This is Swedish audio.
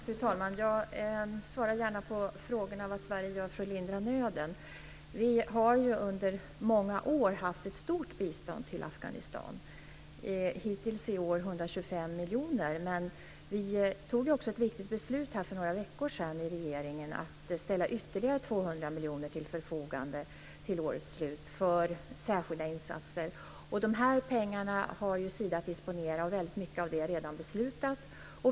Fru talman! Jag svarar gärna på frågorna om vad Sverige gör för att lindra nöden. Vi har under många år givit en stort bistånd till Afghanistan. Hittills i år är det 125 miljoner. Vi fattade också ett viktigt beslut i regeringen för några veckor sedan om att ställa ytterligare 200 miljoner till förfogande för särskilda insatser fram till årets slut. De här pengarna har Sida att disponera, och väldigt mycket är redan beslutat.